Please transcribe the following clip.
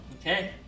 Okay